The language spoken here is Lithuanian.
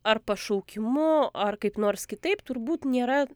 ar pašaukimu ar kaip nors kitaip turbūt nėra